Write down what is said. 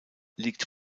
liegt